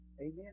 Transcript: Amen